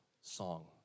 song